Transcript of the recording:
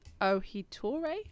Ohitore